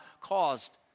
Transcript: caused